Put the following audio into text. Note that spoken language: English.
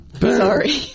Sorry